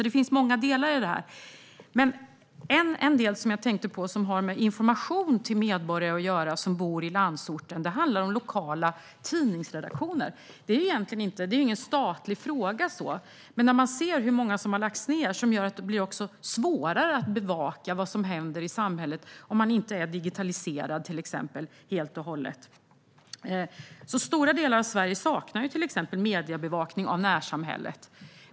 Det finns alltså många delar i detta. En sak jag tänkte på gäller information till medborgare som bor på landsorten och handlar om lokala tidningsredaktioner. Egentligen är detta ingen statlig fråga. Men många redaktioner har lagts ned, vilket gör det svårare att bevaka vad som händer i samhället om man exempelvis inte är helt och hållet digitaliserad. Stora delar av Sverige saknar mediebevakning av närsamhället.